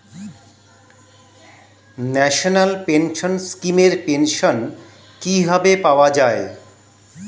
National pension scheme এর pension কিভাবে পাওয়া যায়?